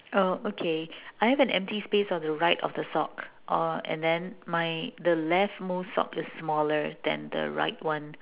oh okay I have an empty space on the right of the sock or and then my the left most sock is smaller than the right one